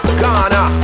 Ghana